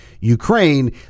Ukraine